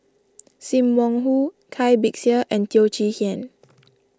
Sim Wong Hoo Cai Bixia and Teo Chee Hean